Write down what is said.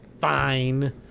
fine